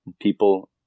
people